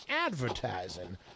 advertising